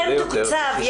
כן תוקצב,